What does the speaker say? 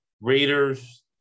Raiders